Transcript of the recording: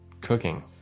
Cooking